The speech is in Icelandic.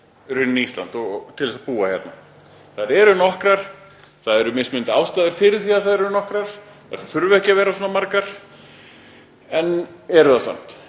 nálgast Ísland og til þess að búa hérna. Þær eru nokkrar. Það eru mismunandi ástæður fyrir því að þær eru nokkrar, þær þurfa ekki að vera svona margar en eru það samt.